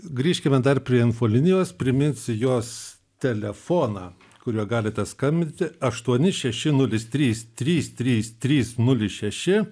grįžkime dar prie infolinijos priminsiu jos telefoną kuriuo galite skambinti aštuoni šeši nulis trys trys trys trys nulis šeši